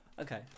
Okay